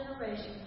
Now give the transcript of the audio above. generations